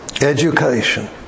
education